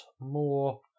more